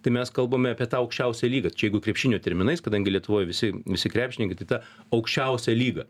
tai mes kalbame apie tą aukščiausią lygą čia jeigu krepšinio terminais kadangi lietuvoj visi visi krepšininkai tai ta aukščiausia lyga